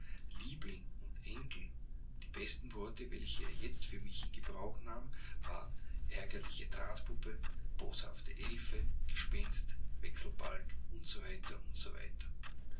liebling und engel die besten worte welche er jetzt für mich in gebrauch nahm waren ärgerliche drahtpuppe boshafte elfe gespenst wechselbalg u